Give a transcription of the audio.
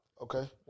Okay